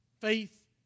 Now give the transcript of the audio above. faith